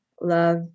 love